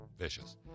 vicious